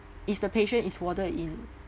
if the patient is warded in